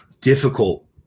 difficult